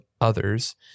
others